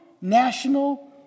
national